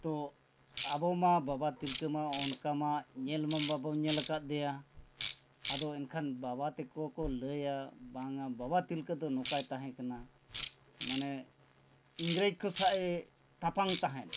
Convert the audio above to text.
ᱛᱚ ᱟᱵᱚ ᱢᱟ ᱵᱟᱵᱟ ᱛᱤᱞᱠᱟᱹ ᱢᱟ ᱚᱱᱠᱟ ᱢᱟ ᱧᱮᱞ ᱢᱟ ᱵᱟᱵᱚᱱ ᱧᱮᱞ ᱟᱠᱟᱫᱮᱭᱟ ᱟᱫᱚ ᱮᱱᱠᱷᱟᱱ ᱵᱟᱵᱟ ᱛᱮᱠᱚ ᱠᱚ ᱞᱟᱹᱭᱟ ᱵᱟᱝᱟ ᱵᱟᱵᱟ ᱛᱤᱞᱠᱟᱹ ᱫᱚ ᱱᱚᱝᱠᱟᱭ ᱛᱟᱦᱮᱸ ᱠᱟᱱᱟ ᱢᱟᱱᱮ ᱤᱝᱨᱮᱡᱽ ᱠᱚ ᱥᱟᱶ ᱮ ᱛᱟᱯᱟᱢ ᱛᱟᱦᱮᱸᱫ